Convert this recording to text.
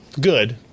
good